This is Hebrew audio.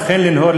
אכן לנהור,